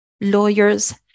Lawyers